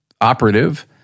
operative